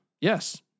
Yes